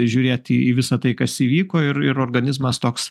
žiūrėt į visa tai kas įvyko ir ir organizmas toks